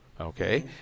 Okay